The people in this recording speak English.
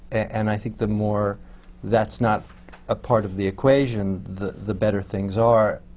and i think the more that's not a part of the equation, the the better things are.